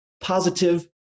positive